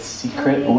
secret